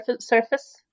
surface